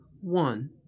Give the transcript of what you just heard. one